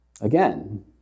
Again